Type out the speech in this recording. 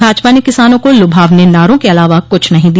भाजपा ने किसानों को लुभावने नारों के अलावा कुछ नहीं दिया